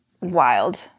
wild